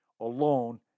alone